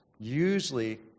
Usually